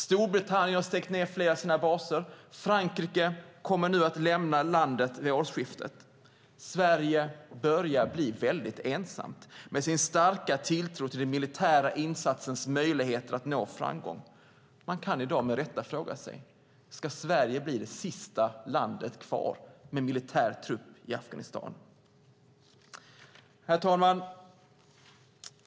Storbritannien har stängt flera baser, och Frankrike kommer att lämna landet vid årsskiftet. Sverige börjar bli väldigt ensamt med sin starka tilltro till den militära insatsens möjligheter att nå framgång. Man kan med rätta fråga sig: Ska Sverige bli det sista landet kvar med militär trupp i Afghanistan? Herr talman!